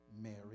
Mary